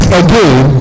again